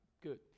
good